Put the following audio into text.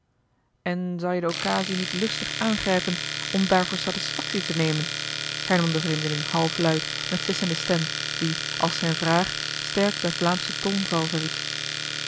en zou je de occasie niet lustig aangrijpen om daarvoor satisfactie te nemen hernam de vreemdeling halfluid met sissende stem die als zijne vraag sterk den vlaamschen tongval verried